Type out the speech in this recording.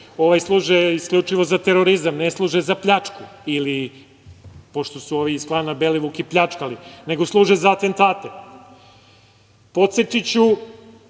služe isključivo za terorizam, ne služe za pljačke ili pošto su ovi iz klana Belivuk i pljačkali, nego služe za atentate. Podsetiću